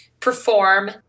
perform